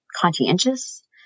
conscientious